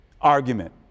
argument